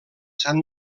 sant